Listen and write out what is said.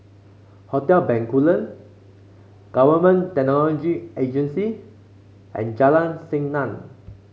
Hotel Bencoolen Government Technology Agency and Jalan Senang